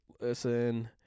listen